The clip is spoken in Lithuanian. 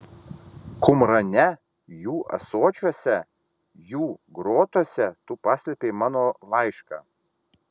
kumrane jų ąsočiuose jų grotose tu paslėpei mano laišką